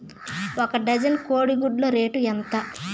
ఒక డజను కోడి గుడ్ల రేటు ఎంత?